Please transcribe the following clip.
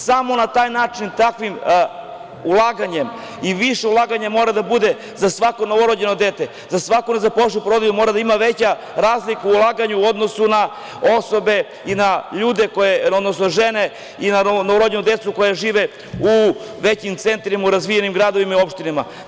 Samo na taj način, takvim ulaganjem i više ulaganja mora da bude za svako novorođeno dete, za svaku nezaposlenu porodilju moraju da imaju veću razliku ulaganja u odnosu na osobe i na ljude, odnosno žene i na novorođenu decu koja žive u većim centrima, u razvijenim gradovima i opštinama.